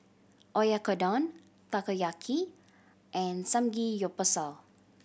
Oyakodon Takoyaki and Samgyeopsal